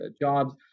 jobs